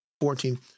fourteen